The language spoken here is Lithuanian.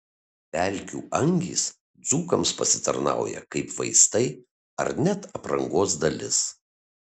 pelkių angys dzūkams pasitarnauja kaip vaistai ar net aprangos dalis